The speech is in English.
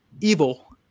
evil